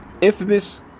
infamous